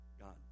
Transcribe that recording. God